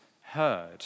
heard